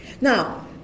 Now